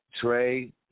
Trey